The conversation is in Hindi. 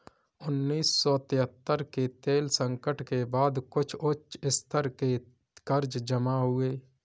उन्नीस सौ तिहत्तर के तेल संकट के बाद कुछ उच्च स्तर के कर्ज जमा हुए